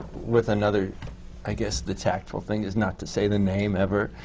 with another i guess the tactful thing is not to say the name, ever